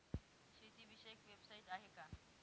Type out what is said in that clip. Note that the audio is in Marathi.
शेतीविषयक वेबसाइट आहे का?